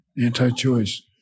anti-choice